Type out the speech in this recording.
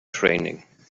training